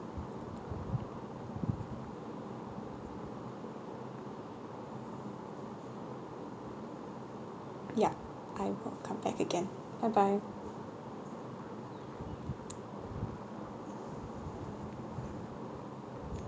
yup I will come back again bye bye